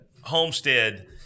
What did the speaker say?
Homestead